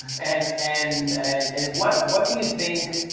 and and and and what what do you think.